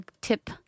tip